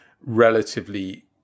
relatively